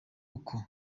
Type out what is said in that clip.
ukwo